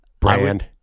brand